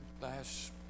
last